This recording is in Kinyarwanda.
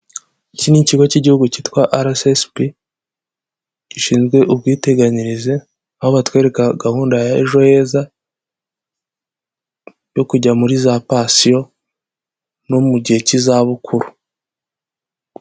Iki ni ikigo cy'igihugu cyitwa RSSB gishinzwe ubwiteganyirize aho batwereka gahunda ya Ejo heza yo kujya muri za pansiyo no mu gihe cy'izabukuru.